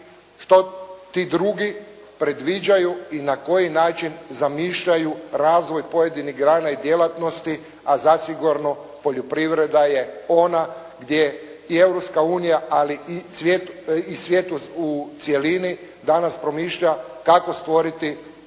što ti drugi predviđaju i na koji način zamišljaju razvoj pojedinih grana i djelatnosti, a zasigurno poljoprivreda je ona gdje i Europska unija, ali i svijet u cjelini danas promišlja kako stvoriti dostatnu